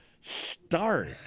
start